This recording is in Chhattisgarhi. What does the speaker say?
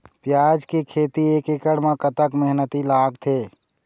प्याज के खेती एक एकड़ म कतक मेहनती लागथे?